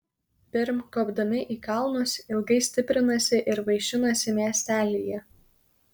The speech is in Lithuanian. pirm kopdami į kalnus ilgai stiprinasi ir vaišinasi miestelyje